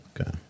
Okay